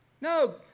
No